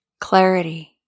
clarity